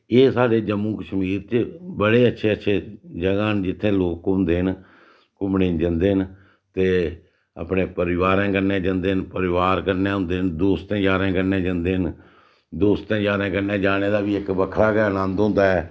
एह् साढ़े जम्मू कश्मीर च बड़े अच्छे अच्छे जगह् न जित्थें लोक घूमदे न घूमने गी जंदे न ते अपने परिवारें कन्नै जंदे न परिवार कन्नै होंदे न दोस्तें यारें कन्नै जंदे न दोस्तें यारें कन्नै जाने दा बी इक बक्खरा गै आनंद होंदा ऐ